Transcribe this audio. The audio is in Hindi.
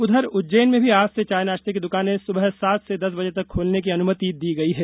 उधर उज्जैन में भी आज से चाय नाश्ते की दुकानें सुबह सात से दस बजे तक खोलने की अनुमति दी गई है